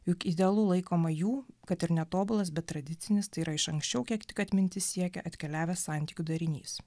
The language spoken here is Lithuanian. juk idealu laikoma jų kad ir netobulas bet tradicinis tai yra iš anksčiau kiek tik atmintis siekia atkeliavęs santykių darinys